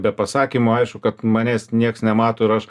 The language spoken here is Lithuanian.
be pasakymo aišku kad manęs nieks nemato ir aš